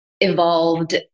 evolved